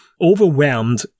overwhelmed